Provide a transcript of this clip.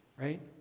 right